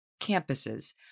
campuses